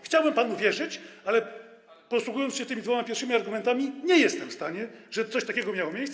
Chciałbym panu wierzyć - ale posługując się tymi dwoma pierwszymi argumentami, nie jestem w stanie - że coś takiego miało miejsce.